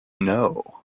know